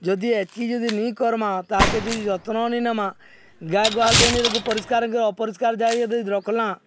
ଯଦି ଏତିକି ଯଦି ନେଇ କର୍ମା ତାହାକେ ଯଦି ଯତ୍ନ ନି ନେମା ଗାଁ ଗୁହାଲ ଟେନର ପରିଷ୍କାର ଅପରିଷ୍କାର ଯାଇ ଯଦି ରଖଲା